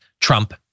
Trump